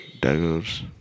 daggers